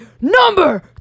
number